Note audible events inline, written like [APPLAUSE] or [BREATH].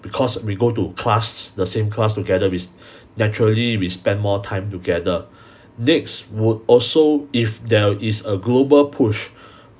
because we go to class the same class together we [BREATH] naturally we spend more time together [BREATH] next would also if there is a global push